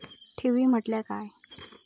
ठेवी म्हटल्या काय?